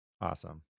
Awesome